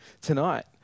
tonight